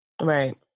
Right